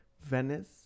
Venice